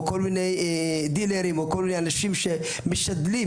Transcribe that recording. דילרים או אנשים שמשדלים,